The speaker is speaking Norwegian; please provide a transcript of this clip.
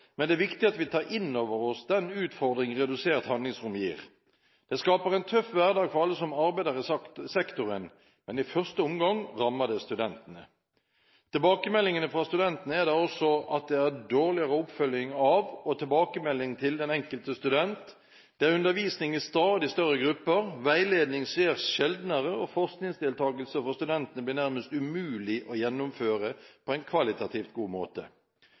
men det er viktig at vi tar inn over oss den utfordringen redusert handlingsrom gir. Det skaper en tøff hverdag for alle som arbeider i sektoren, men i første omgang rammer det studentene. Tilbakemeldingene fra studentene er da også at det er dårligere oppfølging av og tilbakemelding til den enkelte student, det er undervisning i stadig større grupper, veiledning skjer sjeldnere, og forskningsdeltakelse for studentene blir nærmest umulig å gjennomføre på en kvalitativt god måte.